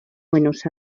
buenos